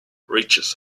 riches